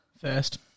first